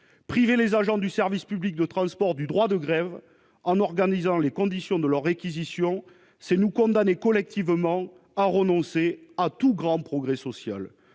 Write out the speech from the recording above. grève les agents du service public de transport en organisant les conditions de leur réquisition, c'est nous condamner collectivement à renoncer à tout grand progrès social.